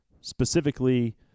specifically